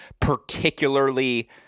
particularly